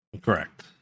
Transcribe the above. correct